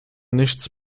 nichts